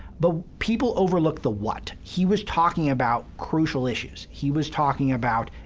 but people overlook the what. he was talking about crucial issues. he was talking about,